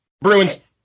Bruins